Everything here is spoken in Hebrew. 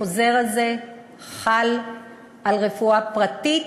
החוזר הזה חל על רפואה פרטית